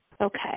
Okay